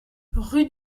rue